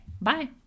Bye